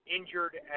injured